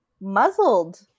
muzzled